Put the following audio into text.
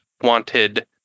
wanted